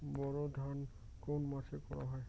বোরো ধান কোন মাসে করা হয়?